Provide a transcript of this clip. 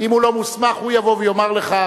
אם הוא לא מוסמך, הוא יבוא ויאמר לך.